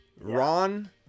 Ron